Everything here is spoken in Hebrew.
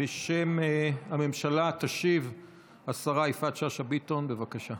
בשם הממשלה תשיב השרה יפעת שאשא ביטון, בבקשה.